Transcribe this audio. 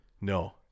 No